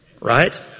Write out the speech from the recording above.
Right